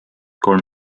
kolm